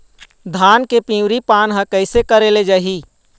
धान के पिवरी पान हर कइसे करेले जाही?